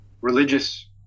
religious